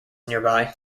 nearby